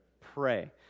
pray